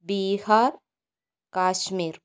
Bihar Kashmir